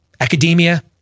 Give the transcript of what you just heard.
Academia